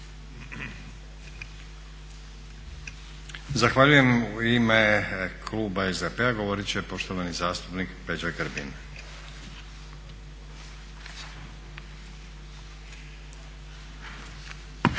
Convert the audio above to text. Zahvaljujem. U ime kluba SDP-a govoriti će poštovani zastupnik Peđa Grbin.